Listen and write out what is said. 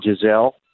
Giselle